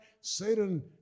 Satan